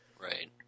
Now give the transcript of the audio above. Right